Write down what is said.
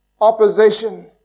opposition